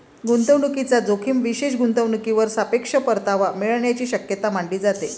गुंतवणूकीचा जोखीम विशेष गुंतवणूकीवर सापेक्ष परतावा मिळण्याची शक्यता मानली जाते